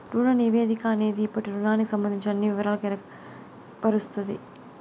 రుణ నివేదిక అనేది ఇప్పటి రుణానికి సంబందించిన అన్ని వివరాలకు ఎరుకపరుస్తది